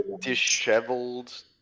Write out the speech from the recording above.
disheveled